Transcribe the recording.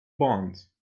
bonds